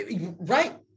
Right